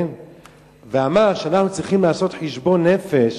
ואמר שאנחנו צריכים לעשות חשבון נפש